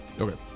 Okay